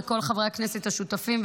לכל חברי הכנסת השותפים,